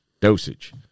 dosage